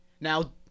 Now